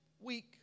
week